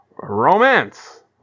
Romance